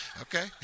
okay